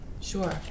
Sure